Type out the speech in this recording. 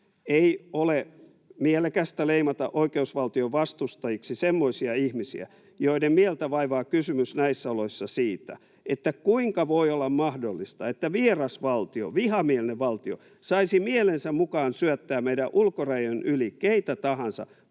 ei ole mielekästä leimata oikeusvaltion vastustajiksi semmoisia ihmisiä, joiden mieltä vaivaa näissä oloissa kysymys siitä, kuinka voi olla mahdollista, että vieras valtio, vihamielinen valtio, saisi mielensä mukaan syöttää meidän ulkorajojemme yli keitä tahansa